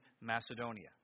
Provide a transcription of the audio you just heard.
Macedonia